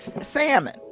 salmon